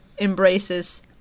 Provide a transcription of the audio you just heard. embraces